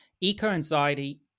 Eco-anxiety